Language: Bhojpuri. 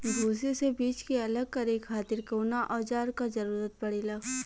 भूसी से बीज के अलग करे खातिर कउना औजार क जरूरत पड़ेला?